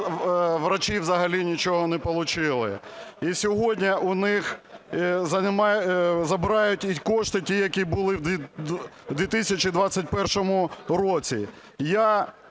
врачі взагалі нічого не получили. І сьогодні у них забирають і кошти, ті, які були в 2021 році.